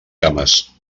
cames